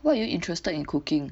why are you interested in cooking